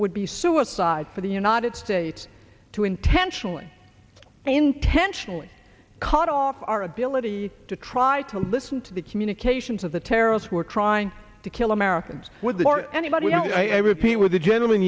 would be suicide for the united states to intentionally intentionally cut off our ability to try to listen to the communications of the terrorists who are trying to kill americans with anybody i repeat with a gentleman